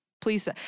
please